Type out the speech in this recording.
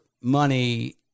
money